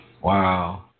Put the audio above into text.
wow